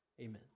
Amen